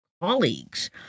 colleagues